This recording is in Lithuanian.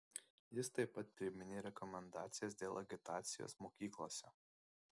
jis taip pat priminė rekomendacijas dėl agitacijos mokyklose